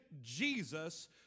Jesus